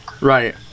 Right